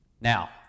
Now